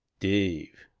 dave,